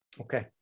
Okay